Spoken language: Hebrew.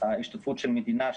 ההשתתפות של המדינה,